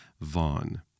Vaughn